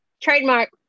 trademark